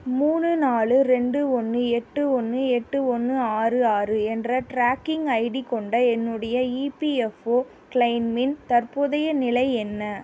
மூணு நாலு ரெண்டு ஒன்று எட்டு ஒன்று எட்டு ஒன்று ஆறு ஆறு என்ற ட்ராக்கிங் ஐடி கொண்ட என்னுடைய இபிஎஃப்ஓ க்ளைமின் தற்போதைய நிலை என்ன